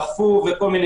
דחפו ועוד.